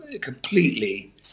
completely